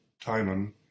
Timon